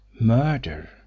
Murder